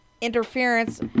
interference